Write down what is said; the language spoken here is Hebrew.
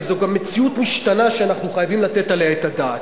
וזאת גם מציאות משתנה שאנחנו חייבים לתת עליה את הדעת.